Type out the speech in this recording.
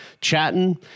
chatting